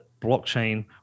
blockchain